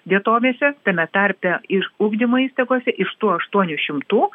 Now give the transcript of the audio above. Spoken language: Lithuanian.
vietovėse tame tarpe ir ugdymo įstaigose iš tų aštuonių šimtų